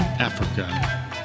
Africa